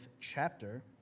chapter